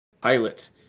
pilot